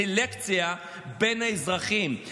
סלקציה בין האזרחים.